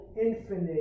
infinite